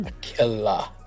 killer